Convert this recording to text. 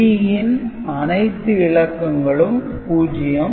B ன் அனைத்து இலக்கங்களும் 0